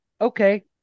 okay –